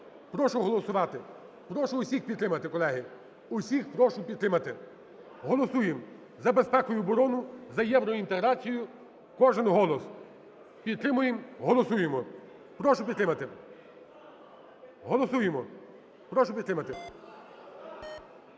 Прошу голосувати, прошу усіх підтримати, колеги, усіх прошу підтримати. Голосуємо за безпеку і оборону, за євроінтеграцію, кожен голос, підтримуємо. Голосуємо. Прошу підтримати. Голосуємо. Прошу підтримати.